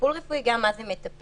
טיפול רפואי וגם מה זה מטפל.